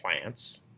plants